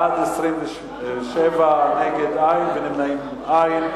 בעד, 27, נגד, אין, ונמנעים, אין.